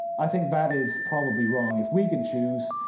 i think that is probably wrong. if we can choose,